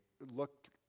looked